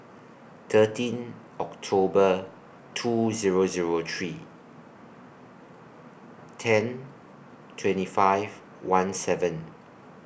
thirteen October two Zero Zero three ten twenty five one seven